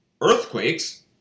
earthquakes